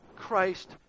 Christ